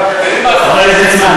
חבר הכנסת ליצמן,